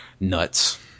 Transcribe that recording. Nuts